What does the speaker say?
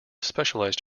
specialized